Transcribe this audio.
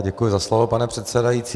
Děkuji za slovo, pane předsedající.